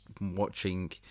watching